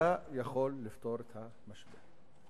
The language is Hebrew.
אתה יכול לפתור את המשבר.